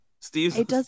Steve